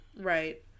Right